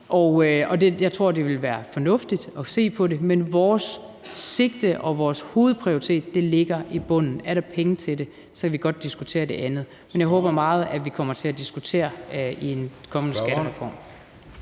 Og jeg tror, det vil være fornuftigt at se på det, men vores sigte og hovedprioritet ligger i bunden. Er der penge til det, kan vi godt diskutere det andet, men jeg håber meget, at vi kommer til at diskutere det i forbindelse med en kommende skattereform.